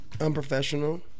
Unprofessional